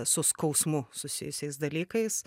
su skausmu susijusiais dalykais